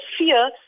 fear